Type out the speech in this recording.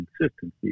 consistency